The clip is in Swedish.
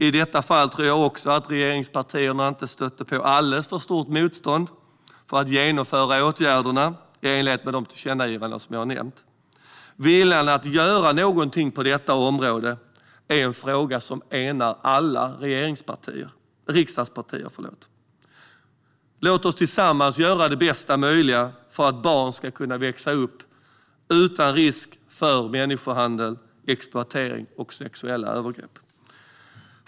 I detta fall tror jag också att regeringspartierna inte stötte på alldeles för stort motstånd för att genomföra åtgärderna i enlighet med tillkännagivandena. Viljan att göra någonting på detta område är en fråga som enar alla riksdagspartier. Låt oss tillsammans göra det bästa möjliga för att barn ska kunna växa upp utan risk för människohandel, exploatering eller sexuella övergrepp.